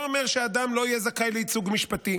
בו, לא אומר שאדם לא יהיה זכאי לייצוג משפטי.